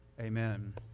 Amen